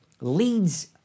leads